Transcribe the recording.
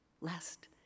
lest